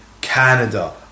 Canada